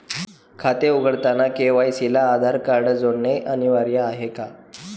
खाते उघडताना के.वाय.सी ला आधार कार्ड जोडणे अनिवार्य आहे का?